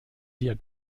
wir